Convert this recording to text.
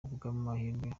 bw’amahirwe